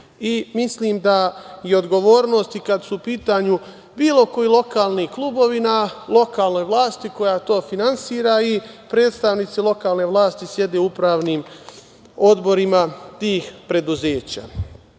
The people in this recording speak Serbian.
mislim da je odgovornost i kada su u pitanju bilo koji lokalni klubovi na lokalnoj vlasti koja to finansira i predstavnici lokalne vlast sede u upravnim odborima tih preduzeća